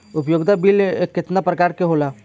उपयोगिता बिल केतना प्रकार के होला?